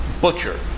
Butcher